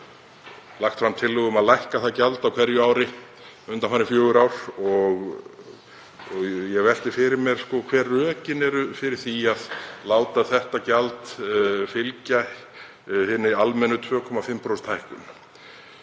lagt fram tillögu um að lækka það gjald á hverju ári undanfarin fjögur ár og ég velti fyrir mér hver rökin eru fyrir því að láta þetta gjald fylgja hinni almennu 2,5% hækkun.